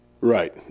Right